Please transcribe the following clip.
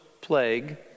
plague